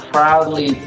Proudly